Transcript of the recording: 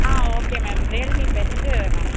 ah okay ma'am Realme best ma'am